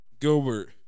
Gilbert